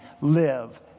live